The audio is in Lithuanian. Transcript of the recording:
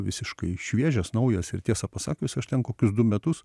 visiškai šviežias naujas ir tiesą pasakius aš ten kokius du metus